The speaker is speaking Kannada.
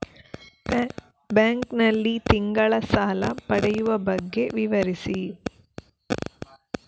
ಬ್ಯಾಂಕ್ ನಲ್ಲಿ ತಿಂಗಳ ಸಾಲ ಪಡೆಯುವ ಬಗ್ಗೆ ವಿವರಿಸಿ?